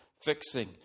fixing